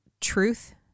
truth